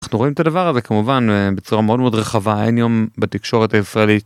אנחנו רואים את הדבר הזה כמובן בצורה מאוד מאוד רחבה, אין יום בתקשורת הישראלית